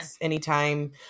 anytime